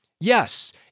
yes